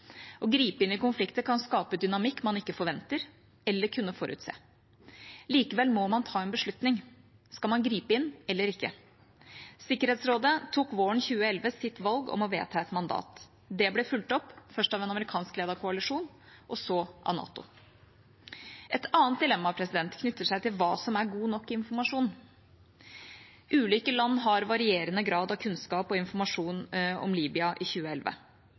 Å gripe inn i konflikter kan skape dynamikk man ikke forventet eller kunne forutse. Likevel må man ta en beslutning. – Skal man gripe inn, eller ikke? Sikkerhetsrådet tok våren 2011 sitt valg om å vedta et mandat. Det ble fulgt opp – først av en amerikanskledet koalisjon og så av NATO. Et annet dilemma knytter seg til hva som er god nok informasjon. Ulike land har varierende grad av kunnskap og informasjon om Libya i 2011.